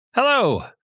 Hello